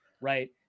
right